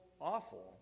awful